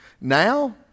now